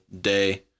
day